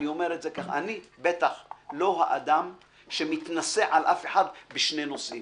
אני בטח לא האדם שמתנשא על אף אחד בשני נושאים